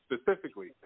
specifically